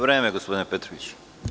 Vreme gospodine Petroviću.